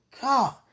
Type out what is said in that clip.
God